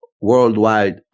worldwide